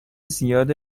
زیاد